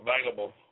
available